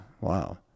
Wow